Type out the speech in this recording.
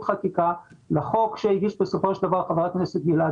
חקיקה לחוק שהגיש בסופו של דבר חבר הכנסת גלעד